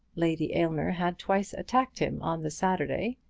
lady aylmer had twice attacked him on the saturday,